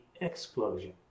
Explosion